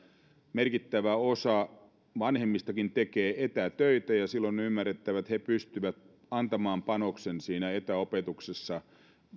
merkittävä osa vanhemmistakin tekee etätöitä ja silloin on ymmärrettävää että he pystyvät antamaan panoksen siinä etäopetuksessa